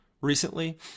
recently